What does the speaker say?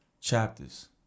chapters